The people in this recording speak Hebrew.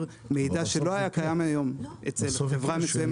מידע שלא היה קיים היום אצל חברה מסוימת,